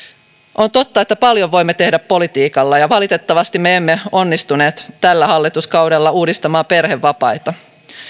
on totta että paljon voimme tehdä politiikalla ja valitettavasti me emme onnistuneet tällä hallituskaudella uudistamaan perhevapaita